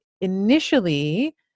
initially